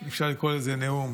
אם אפשר לקרוא לזה נאום,